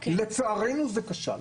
לצערנו, זה כשל.